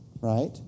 right